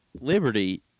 Liberty